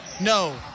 no